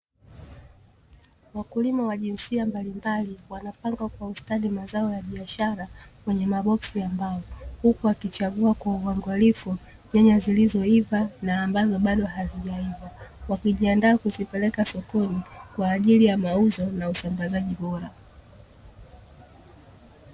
Wakulima wa jinsia mbalimbali wanapanga kwa ustadi mazao ya biashara kwenye maboksi ya mbao, huku akichagua kwa uangalifu nyanya zilizoiva na ambazo bado hazijaiva, wakijiandaa kuzipeleka sokoni kwaajili ya mauzo na usambazaji bora.